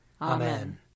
Amen